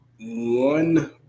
one